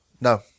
No